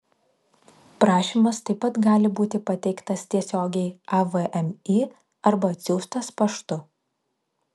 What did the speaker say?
prašymas taip pat gali būti pateiktas tiesiogiai avmi arba atsiųstas paštu